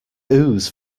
ooze